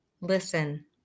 listen